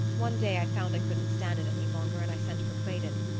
one day i found i couldn't stand it any longer and i sent for claydon.